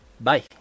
Bye